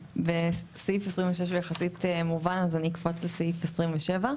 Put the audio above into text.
סעיף (26) הוא יחסית מובן אז אני אקפוץ לסעיף (27).